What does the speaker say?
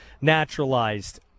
naturalized